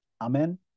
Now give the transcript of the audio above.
Amen